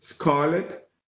scarlet